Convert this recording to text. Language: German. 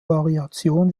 variation